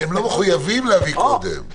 הם לא מחויבים להביא קודם.